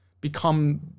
become